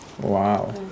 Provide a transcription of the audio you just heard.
Wow